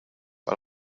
but